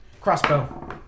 Crossbow